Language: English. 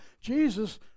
Jesus